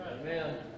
Amen